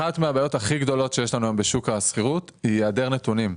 אחת מהבעיות הכי גדולות שיש לנו היום בשוק השכירות היא היעדר נתונים.